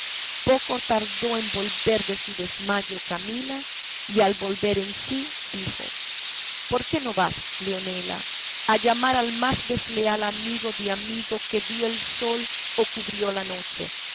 poco tardó en volver de su desmayo camila y al volver en sí dijo por qué no vas leonela a llamar al más leal amigo de amigo que vio el sol o cubrió la noche